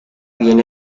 bien